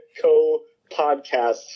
co-podcast